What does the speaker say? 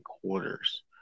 quarters